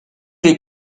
les